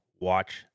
Watch